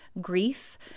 grief